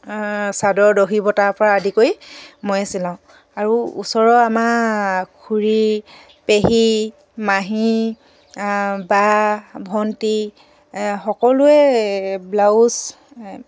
চাদৰ দহী বতাৰ পৰা আদি কৰি ময়ে চিলাওঁ আৰু ওচৰৰ আমাৰ খুৰী পেহী মাহী বা ভণ্টি সকলোৱে ব্লাউজ